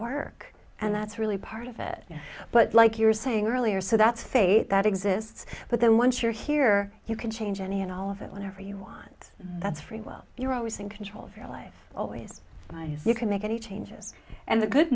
work and that's really part of it but like you're saying earlier so that's fate that exists but then once you're here you can change any and all of it whenever you want that's free well you're always in control of your life always by you can make any changes and the good